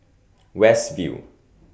West View